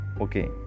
okay